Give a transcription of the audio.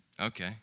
okay